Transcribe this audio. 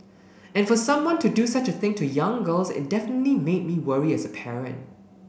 and for someone to do such a thing to young girls it definitely made me worry as a parent